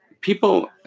People